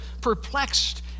perplexed